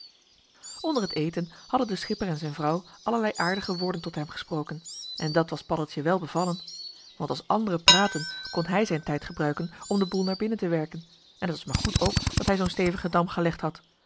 onder t eten hadden de schipper en zijn vrouw allerlei aardige woorden tot hem gesproken en dat was paddeltje wel bevallen want als anderen praatten kon hij zijn tijd gebruiken om den boel naar binnen te werken en t was maar goed ook dat hij zoo'n joh h been paddeltje de scheepsjongen van michiel de ruijter stevigen dam gelegd had